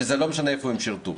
ולא משנה איפה הם שירתו.